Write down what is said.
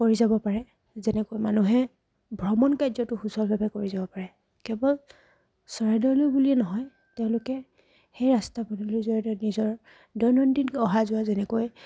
কৰি যাব পাৰে যেনেকৈ মানুহে ভ্ৰমণ কাৰ্যটো সুচলভাৱে কৰি যাব পাৰে কেৱল চৰাইদেউলৈ বুলিয়ে নহয় তেওঁলোকে সেই ৰাস্তা পদূলিৰ জৰিয়তে নিজৰ দৈনন্দিন অহা যোৱা যেনেকৈ